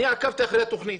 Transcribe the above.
אני עקבתי אחרי התוכנית.